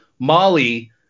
Molly